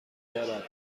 دارد